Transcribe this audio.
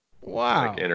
Wow